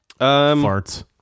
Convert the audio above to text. Farts